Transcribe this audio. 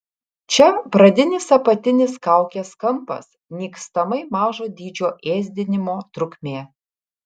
čia pradinis apatinis kaukės kampas nykstamai mažo dydžio ėsdinimo trukmė